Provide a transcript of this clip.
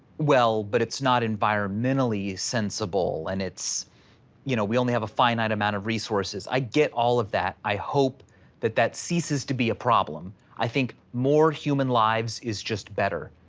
well, but it's not environmentally sensible. and you know we only have a finite amount of resources, i get all of that, i hope that that ceases to be a problem. i think more human lives is just better.